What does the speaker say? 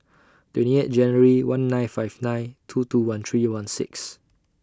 twenty eight January one nine five nine two two one three one six